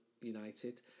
United